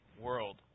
world